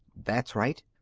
that's right.